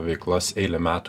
veiklas eilę metų